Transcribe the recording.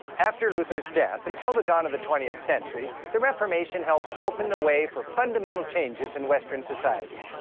after luther's death, until the dawn of the twentieth century, the reformation helped open the way for fundamental changes in western society.